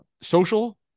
social